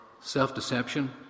self-deception